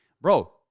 bro